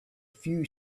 few